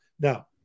Now